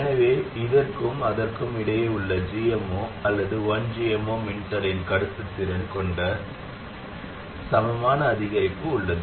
எனவே இதற்கும் அதற்கும் இடையே உள்ள gm0 அல்லது 1gm0 மின்தடையின் கடத்துத்திறன் கொண்ட சமமான அதிகரிப்பு உள்ளது